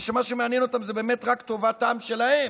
שמה שמעניין אותם הוא באמת רק טובת העם שלהם,